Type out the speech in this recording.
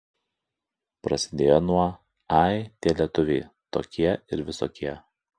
prasidėjo nuo ai tie lietuviai tokie ir visokie